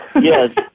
Yes